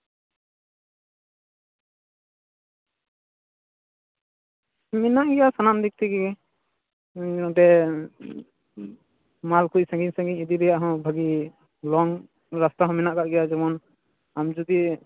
ᱢᱮᱱᱟᱜ ᱜᱮᱭᱟ ᱥᱟᱱᱟᱢ ᱫᱤᱠ ᱛᱷᱮᱠᱮ ᱱᱚᱸᱰᱮ ᱢᱟᱞ ᱠᱚ ᱥᱟᱺᱜᱤᱧ ᱥᱟᱺᱜᱤᱧ ᱤᱫᱤ ᱨᱮᱭᱟᱜ ᱦᱚᱸ ᱵᱷᱟᱜᱮ ᱞᱚᱝ ᱨᱟᱥᱛᱟ ᱦᱚᱸ ᱢᱮᱱᱟᱜ ᱠᱟᱫ ᱜᱮᱭᱟ ᱡᱮᱢᱚᱱ ᱟᱢ ᱡᱩᱫᱤ